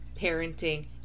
parenting